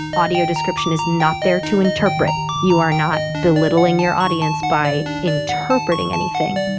audio description is not there to interpret. you are not belittling your audience by interpreting anything.